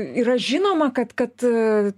yra žinoma kad kad